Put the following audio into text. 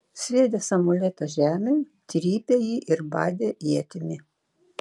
sviedęs amuletą žemėn trypė jį ir badė ietimi